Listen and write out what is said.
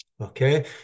Okay